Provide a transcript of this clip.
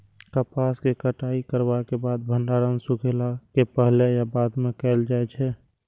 कपास के कटाई करला के बाद भंडारण सुखेला के पहले या बाद में कायल जाय छै?